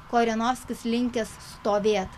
korenvoskis linkęs stovėt